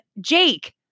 Jake